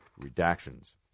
redactions